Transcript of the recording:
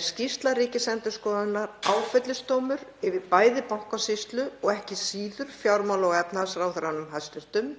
er skýrsla ríkisendurskoðanda áfellisdómur yfir bæði Bankasýslu og ekki síður hæstv. fjármála- og efnahagsráðherra,